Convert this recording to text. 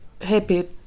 happy